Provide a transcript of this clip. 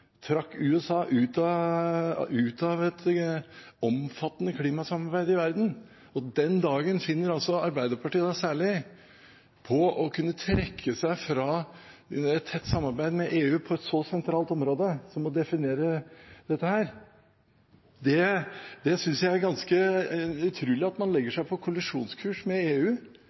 trakk USA ut av et omfattende klimasamarbeid i verden, og den dagen finner altså særlig Arbeiderpartiet på å kunne trekke seg fra et tett samarbeid med EU på et så sentralt område som å definere dette. Jeg synes det er ganske utrolig at man legger seg på kollisjonskurs med EU